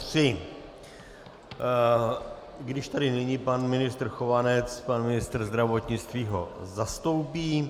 I když tady není pan ministr Chovanec, pan ministr zdravotnictví ho zastoupí.